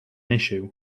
issue